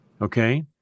Okay